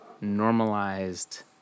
normalized